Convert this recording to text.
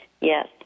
Yes